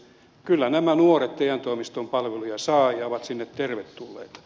kyllä nämä nuoret te toimiston palveluja saavat ja ovat sinne tervetulleita